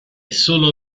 solo